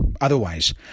Otherwise